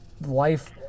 life